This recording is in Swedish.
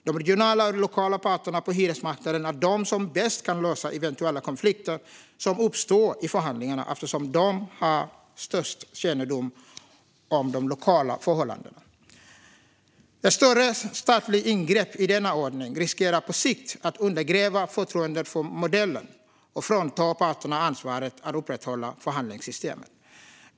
De regionala och lokala parterna på hyresmarknaden är de som bäst kan lösa eventuella konflikter som uppstår i förhandlingarna eftersom de har störst kännedom om de lokala förhållandena. Ett större statligt ingrepp i denna ordning riskerar på sikt att undergräva förtroendet för modellen och frånta parterna ansvaret att upprätthålla förhandlingssystemet.